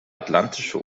atlantische